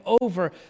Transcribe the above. over